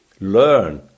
learn